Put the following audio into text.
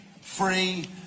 free